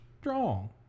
strong